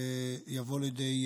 יבואו לידי